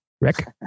Rick